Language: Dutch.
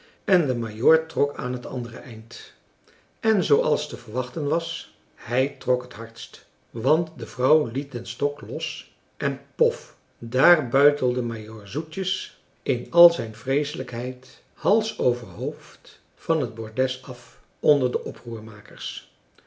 en de majoor trok aan het andere eind en zooals te verwachten was hij trok het hardst want de vrouw liet den stok los en pof daar buitelde majoor zoetjes in al zijn vreeselijkheid hals over hoofd van het bordes af onder de